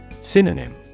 Synonym